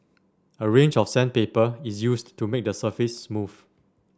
a range of sandpaper is used to make the surface smooth